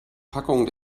packung